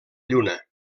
lluna